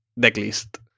decklist